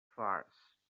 farce